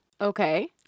Okay